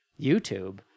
YouTube